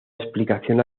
explicación